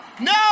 No